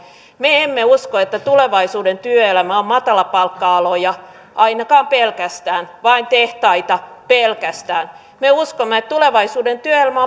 me emme usko että tulevaisuuden työelämä on matalapalkka aloja ainakaan pelkästään vain tehtaita pelkästään me uskomme että tulevaisuuden työelämä